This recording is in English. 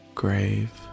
grave